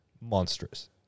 monstrous